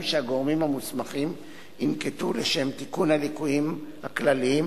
שהגורמים המוסמכים ינקטו לשם תיקון הליקויים הכלליים